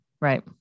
Right